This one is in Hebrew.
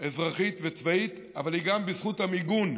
אזרחית וצבאית, אבל היא גם בזכות המיגון,